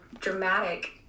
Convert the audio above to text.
dramatic